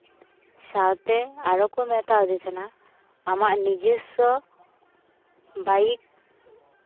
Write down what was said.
ᱥᱟᱶᱛᱮ ᱟᱨᱚ ᱠᱚ ᱢᱮᱛᱟ ᱫᱮ ᱛᱟᱦᱮᱱᱟ ᱟᱢᱟᱜ ᱱᱤᱡᱚᱥᱥᱚ ᱵᱟᱭᱤᱠ